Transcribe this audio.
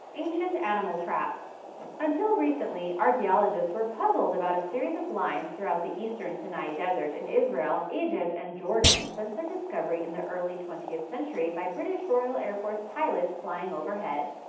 ancient animal traps until recently, archaeologists were puzzled about a series of lines throughout the eastern sinai desert in israel, egypt, and jordan since their discovery in the early twentieth century by british royal air force pilots flying overhead.